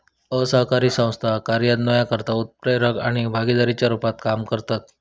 असरकारी संस्था कार्यान्वयनकर्ता, उत्प्रेरक आणि भागीदाराच्या रुपात काम करतत